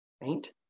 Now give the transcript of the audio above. Right